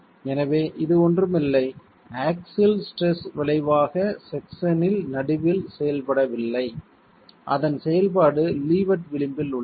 எனவே இது ஒன்றும் இல்லை ஆக்ஸில் ஸ்ட்ரெஸ் விளைவாக செக்ஷனின் நடுவில் செயல்படவில்லை அதன் செயல்பாடு லீவர்ட் விளிம்பில் உள்ளது